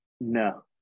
No